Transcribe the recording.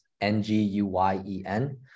N-G-U-Y-E-N